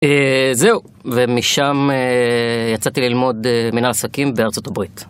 זהו, ומשם יצאתי ללמוד מינהל עסקים בארצות הברית.